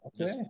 Okay